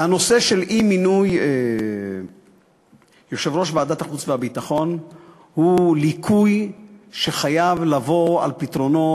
אי-מינוי יושב-ראש ועדת החוץ והביטחון הוא ליקוי שחייב לבוא על פתרונו.